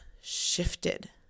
shifted